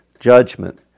judgment